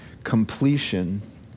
completion